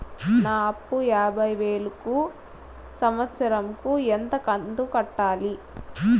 నా అప్పు యాభై వేలు కు సంవత్సరం కు ఎంత కంతు కట్టాలి?